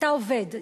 אתה עובד,